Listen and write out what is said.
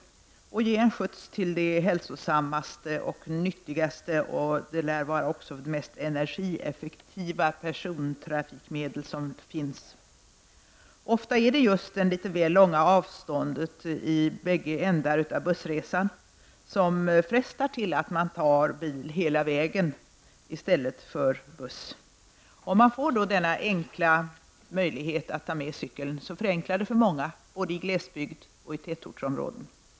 Det skulle ge en skjuts till det mest hälsosamma, nyttiga och, vilket det lär vara, mest energieffektiva persontrafikmedel som finns. Oftast är det just det litet väl långa avståndet i bägge ändar av bussresan som frestar till att man åker bil hela vägen i stället för buss. Om man då får denna enkla möjlighet att ta med cykeln förenklar det för många, både i glesbygd och i tätortsområden.